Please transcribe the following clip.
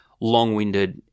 long-winded